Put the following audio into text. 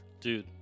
Dude